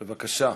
בבקשה.